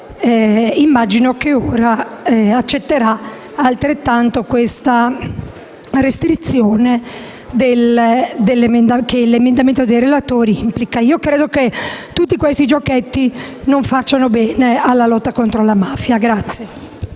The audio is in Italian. immagino accetterà altrettanto questa restrizione che l'emendamento dei relatori implica. Io credo che tutti questi giochetti non facciano bene alla lotta contro la mafia.